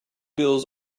bills